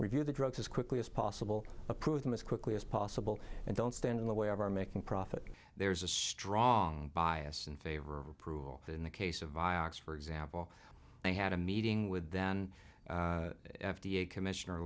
review the drugs as quickly as possible approve them as quickly as possible and don't stand in the way of our making profit there's a strong bias in favor of approval in the case of vioxx for example they had a meeting with then f d a commissioner